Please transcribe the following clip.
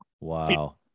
Wow